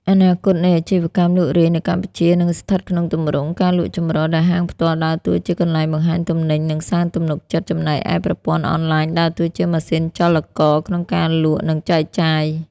អនាគតនៃអាជីវកម្មលក់រាយនៅកម្ពុជានឹងស្ថិតក្នុងទម្រង់ ការលក់ចម្រុះ ដែលហាងផ្ទាល់ដើរតួជាកន្លែងបង្ហាញទំនិញ និងសាងទំនុកចិត្ត ចំណែកឯប្រព័ន្ធអនឡាញដើរតួជាម៉ាស៊ីនចលករក្នុងការលក់ និងចែកចាយ។